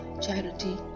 Charity